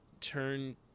turn